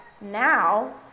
now